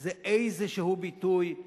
זה איזה ביטוי,